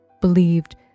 believed